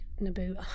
Naboo